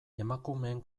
emakumeen